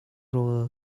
rawl